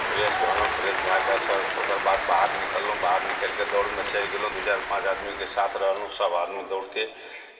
fresh भेलहुँ fresh भए कऽ सर तऽ ओकरबाद बाहर निकललहुँ बाहर निकलि कऽ दौड़मे चलि गेलहुँ दू चारि पाँच आदमीके साथ रहलहुँ सभ आदमी दौड़ते